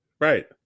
right